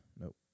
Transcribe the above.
Nope